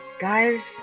guys